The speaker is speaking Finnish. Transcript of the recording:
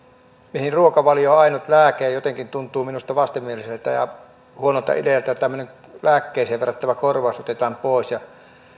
mihin ruokavalio on ainut lääke ja jotenkin tuntuu minusta vastenmieliseltä ja huonolta idealta että tämmöinen lääkkeeseen verrattava korvaus otetaan pois